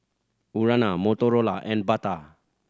Urana Motorola and Bata